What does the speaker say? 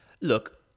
look